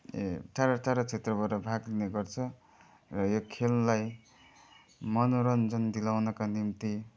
ए टाढो टाढो क्षेत्रबाट भाग लिने गर्छ र यो खेललाई मनोरञ्जन दिलाउनको निम्ति